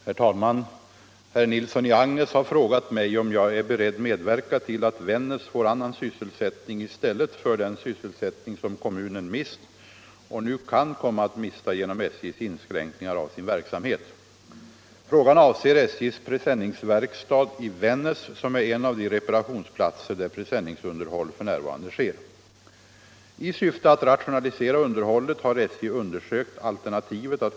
Herr talman! Herr Nilsson i Agnäs har frågat mig om jag är beredd medverka till att Vännäs får annan sysselsättning i stället för den sysselsättning som kommunen mist och nu kan komma att mista genom SJ:s inskränkningar av sin verksamhet. Frågan avser SJ:s presenningsverkstad i Vännäs, som är en av de reparationsplatser där presenningsunderhåll f.n. sker.